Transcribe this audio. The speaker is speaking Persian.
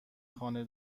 خانه